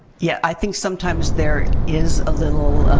yeah i think sometimes there is a little